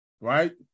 right